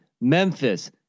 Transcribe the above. Memphis